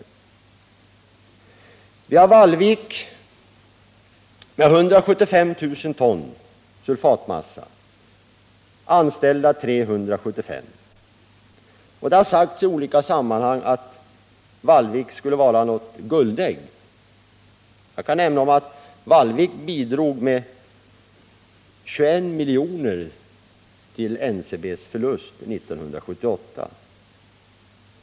I fabriken i Vallvik ligger kapaciteten på 175 000 ton sulfatmassa, och där har man 375 anställda. Det har sagts i olika sammanhang att Vallvik skulle vara något slags guldägg, men jag kan nämna att Vallvik bidrog med 21 miljoner till NCB:s förlust 1978.